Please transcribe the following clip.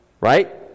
right